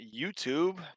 YouTube